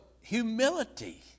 humility